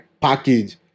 package